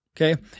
Okay